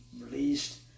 released